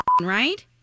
right